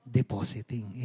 depositing